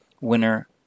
winner